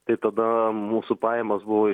tai tada mūsų pajamos buvo